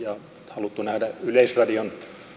haluttu nähdä yleisradion